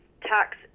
tax